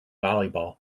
volleyball